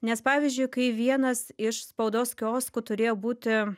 nes pavyzdžiui kai vienas iš spaudos kioskų turėjo būti